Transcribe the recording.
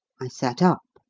i sat up,